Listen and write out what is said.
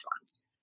ones